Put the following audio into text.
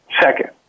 Second